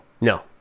No